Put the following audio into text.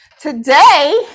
Today